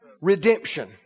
Redemption